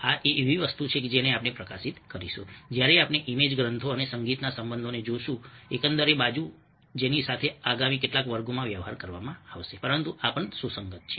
આ એવી વસ્તુ છે જેને આપણે પ્રકાશિત કરીશું જ્યારે આપણે ઇમેજ ગ્રંથો અને સંગીતના સંબંધને જોશું એકંદર બાજુ જેની સાથે આગામી કેટલાક વર્ગોમાં વ્યવહાર કરવામાં આવશે પરંતુ આ પણ સુસંગત છે